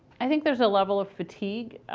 i think there's a level of fatigue.